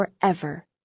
forever